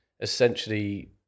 essentially